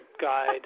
guide